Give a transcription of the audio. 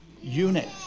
unit